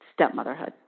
stepmotherhood